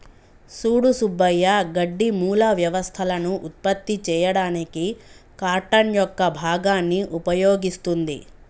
సూడు సుబ్బయ్య గడ్డి మూల వ్యవస్థలను ఉత్పత్తి చేయడానికి కార్టన్ యొక్క భాగాన్ని ఉపయోగిస్తుంది